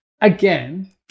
Again